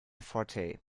forte